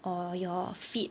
or your feet